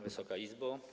Wysoka Izbo!